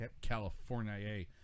california